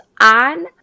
on